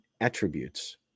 attributes